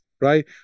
right